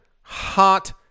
hot